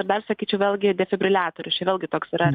ir dar sakyčiau vėlgi defibriliatorius čia vėlgi toks yra